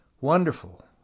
Wonderful